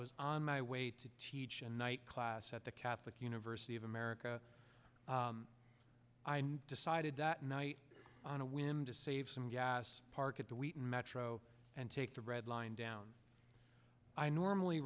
was on my way to teach a night class at the catholic university of america i decided that night on a whim to save some gas park at the wheaton metro and take the red line down i normally